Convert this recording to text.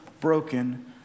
broken